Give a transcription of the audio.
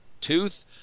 tooth